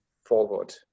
forward